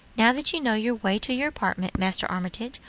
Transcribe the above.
now that you know your way to your apartment, master armitage,